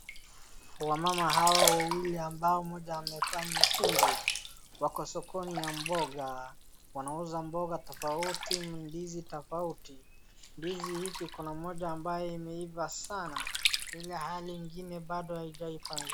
wamama hawa wawili ambao mmoja amevaa nyekundu wako sokoni ya mboga wanauza mboga tofauti ndizi tofauti ndizi hii kuna moja ambaye imeiva sana ilhali ingine bado haijaiva